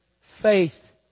faith